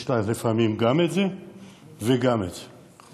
יש לה לפעמים גם את זה וגם את זה.